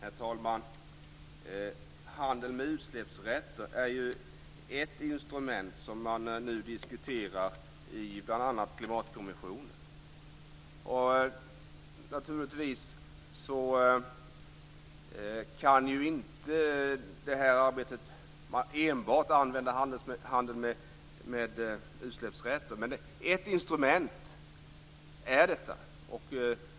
Herr talman! Handel med utsläppsrätter är ett instrument som man nu diskuterar i bl.a. klimatkommissionen. Naturligtvis kan detta arbete inte enbart använda handel med utsläppsrätter, men det är ett instrument.